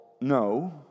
no